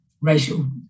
racial